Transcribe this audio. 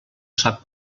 sap